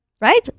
right